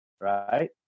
right